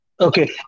Okay